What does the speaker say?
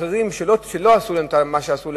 אחרים שלא עשו להם מה שעשו,